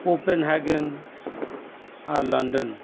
ᱠᱚᱯᱮᱱ ᱦᱮᱜᱮᱱ ᱟᱨ ᱞᱚᱱᱰᱚᱱ